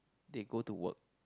they go to work